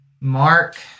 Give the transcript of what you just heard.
Mark